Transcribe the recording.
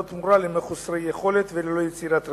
תמורה למחוסרי יכולת וללא יצירת רווח.